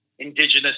indigenous